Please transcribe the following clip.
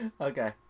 Okay